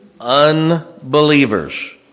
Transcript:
unbelievers